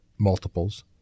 multiples